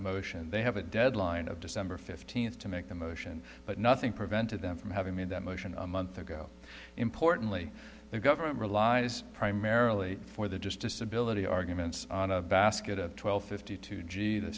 motion and they have a deadline of december fifteenth to make a motion but nothing prevented them from having made that motion a month ago importantly the government relies primarily for the just disability arguments on a basket of twelve fifty two g th